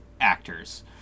actors